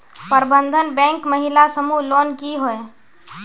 प्रबंधन बैंक महिला समूह लोन की होय?